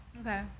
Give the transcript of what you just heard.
Okay